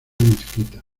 mezquita